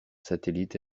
satellite